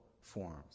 forms